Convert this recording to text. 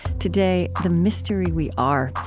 today, the mystery we are,